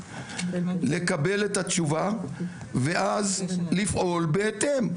לקבל את התשובה ואז לפעול בהתאם,